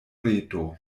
reto